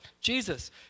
Jesus